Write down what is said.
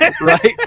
Right